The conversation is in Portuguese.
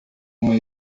uma